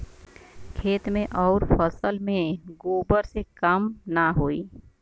खेत मे अउर फसल मे गोबर से कम ना होई?